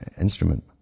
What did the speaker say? instrument